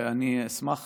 אני אשמח